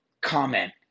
comment